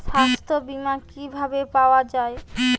সাস্থ্য বিমা কি ভাবে পাওয়া যায়?